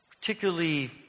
Particularly